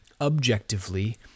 objectively